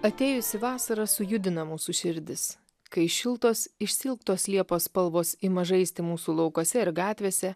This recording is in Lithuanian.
atėjusi vasara sujudina mūsų širdis kai šiltos išsiilgtos liepos spalvos ima žaisti mūsų laukuose ir gatvėse